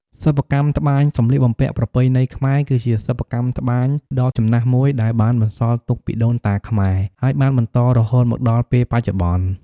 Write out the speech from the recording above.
សិប្បកម្មត្បាញសម្លៀកបំពាក់ប្រពៃណីខ្មែរ គឺជាសិប្បកម្មត្បាញដ៏ចំណាស់មួយដែលបានបន្សល់ទុកពីដូនតាខ្មែរ ហើយបានបន្តរហូតមកដល់ពេលបច្ចុប្បន្ន។